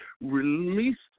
released